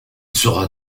sera